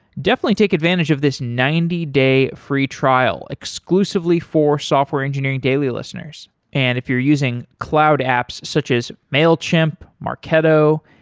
definitely take advantage of this ninety day free trial, exclusively for software engineering daily listeners and if you're using cloud apps such as mailchimp, marketo,